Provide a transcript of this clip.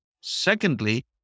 Secondly